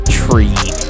tree